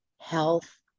health